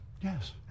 Yes